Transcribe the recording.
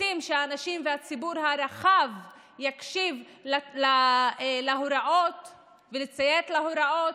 רוצים שהציבור הרחב יקשיב להוראות ויציית להוראות.